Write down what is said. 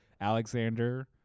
Alexander